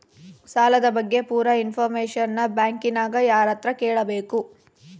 ಸಾಲದ ಬಗ್ಗೆ ಪೂರ ಇಂಫಾರ್ಮೇಷನ ಬ್ಯಾಂಕಿನ್ಯಾಗ ಯಾರತ್ರ ಕೇಳಬೇಕು?